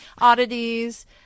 Oddities